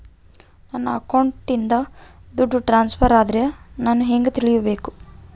ನನ್ನ ಅಕೌಂಟಿಂದ ದುಡ್ಡು ಟ್ರಾನ್ಸ್ಫರ್ ಆದ್ರ ನಾನು ಹೆಂಗ ತಿಳಕಬೇಕು?